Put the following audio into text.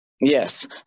Yes